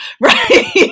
right